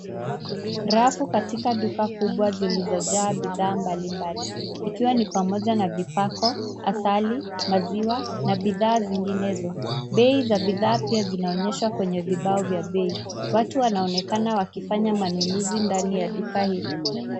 Rafu katika duka kubwa zilizojaa bidhaa mbalimbali ikiwa ni pamoja na vipako, asali, maziwa na bidhaa zinginezo. Bei za bidhaa pia zinaonyeshwa kwenye vibao vya bei. Watu wanaonekana wakifanya manunuzi ndani ya duka hilo.